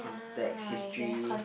context history